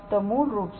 तो मूल रूप से